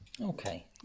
Okay